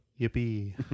Yippee